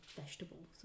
vegetables